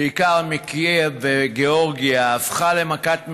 בעיקר מקייב וגיאורגיה, הפכה למכת מדינה,